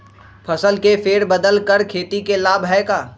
फसल के फेर बदल कर खेती के लाभ है का?